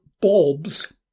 bulbs